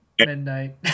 midnight